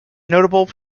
notable